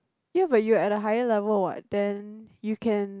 ya but you at a higher level what then you can